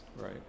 right